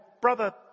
brother